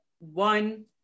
One